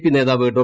P നേതാവ് ഡോ